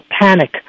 panic